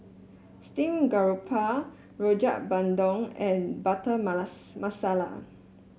Steamed Garoupa Rojak Bandung and Butter Malasa Masala